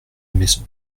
maison